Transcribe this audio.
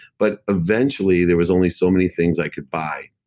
but eventually, there was only so many things i could buy.